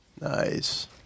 Nice